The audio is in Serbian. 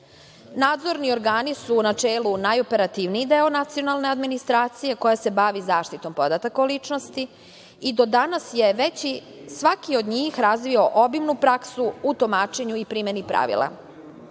drugo. Nadzorni organi su u načelu najoperativniji deo nacionalne administracije koja se bavi zaštitom podataka o ličnosti i do danas je svaki od njih razvio obimnu praksu u tumačenju i primeni pravila.U